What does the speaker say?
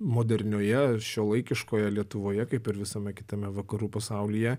modernioje šiuolaikiškoje lietuvoje kaip ir visame kitame vakarų pasaulyje